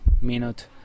minute